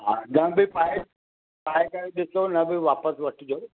हा न बि पाए पाए करे ॾिसो न बि वापसि वठिजो